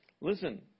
Listen